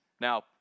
Now